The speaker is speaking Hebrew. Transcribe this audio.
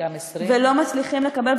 ולא מצליחים לקבל.